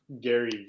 Gary